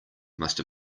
must